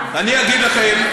לכם, אני אגיד לכם.